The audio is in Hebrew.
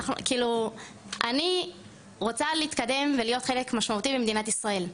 כאילו אני רוצה להתקדם ולהיות חלק משמעותי במדינת ישראל,